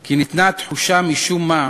כי ניתנה התחושה, משום מה,